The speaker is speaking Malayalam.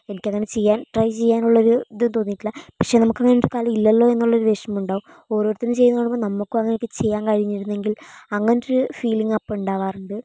എനിക്കങ്ങനെ ചെയ്യാൻ ട്രൈ ചെയ്യാനുള്ളൊരു ഇതും തോന്നിയിട്ടില്ല പക്ഷെ നമുക്കങ്ങനെ ഒരു കലയില്ലല്ലോ എന്നുള്ളൊരു വിഷമം ഉണ്ടാവും ഓരോരുത്തർ ചെയ്യുന്ന കാണുമ്പോൾ നമ്മൾക്കും അങ്ങനെയൊക്കെ ചെയ്യാൻ കഴിഞ്ഞിരുന്നെങ്കിൽ അങ്ങനൊരു ഫീലിങ്ങ് അപ്പോൾ ഉണ്ടാവാറുണ്ട്